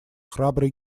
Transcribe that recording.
храбрый